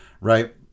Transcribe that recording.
right